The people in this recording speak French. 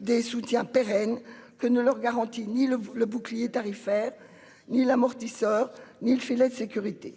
des soutiens pérenne que ne leur garantit ni le le bouclier tarifaire ni l'amortisseur ni le filet de sécurité.